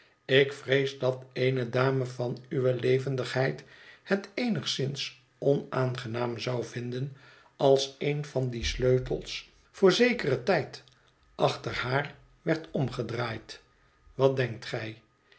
ik vrees dat eene dame van uwe levendigheid het eenigszins onaangenaam zou vinden als een van die sleutels voor zekeren tijd achter haar werd omgedraaid wat denkt gij